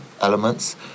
elements